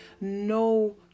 No